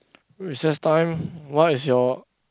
recess time what is your